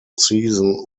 season